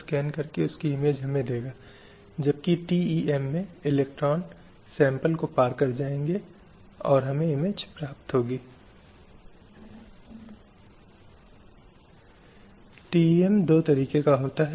slide समय संदर्भ 0918 मानवाधिकारों की सार्वभौम घोषणा 1948 महिलाओं के अधिकारों को पुरुषों और महिलाओं के मानवाधिकारों को बनाने में प्रमुख उपकरणों में से एक है जो किसी भी व्यक्ति के लिए अस्वीकार नहीं किया जा सकता है